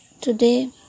today